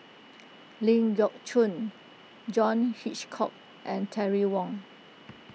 Ling Geok Choon John Hitchcock and Terry Wong